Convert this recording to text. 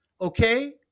Okay